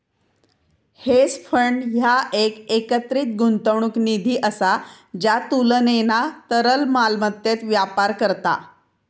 hedge fund ह्या एक एकत्रित गुंतवणूक निधी असा ज्या तुलनेना तरल मालमत्तेत व्यापार करता